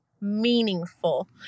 meaningful